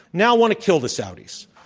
now want to kill the saudis.